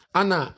Anna